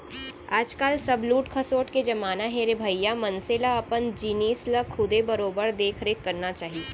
आज काल सब लूट खसोट के जमाना हे रे भइया मनसे ल अपन जिनिस ल खुदे बरोबर देख रेख करना चाही